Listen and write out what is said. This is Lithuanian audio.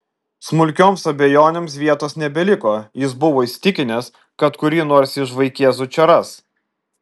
smulkioms abejonėms vietos nebeliko jis buvo įsitikinęs kad kurį nors iš vaikėzų čia ras